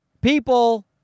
people